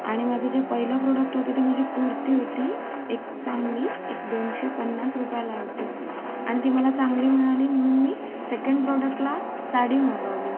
आणि माझं जे पहिलं प्रॉडक्ट होतं ते माझी कुर्ती होती एक चांगली एक दोनशे पन्नास रुपयाला होती आणि ती मला चांगली मिळाली म्हणून मी सेकंड प्रॉडक्टला साडी मागवली